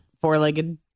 Four-legged